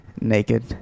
Naked